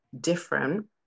different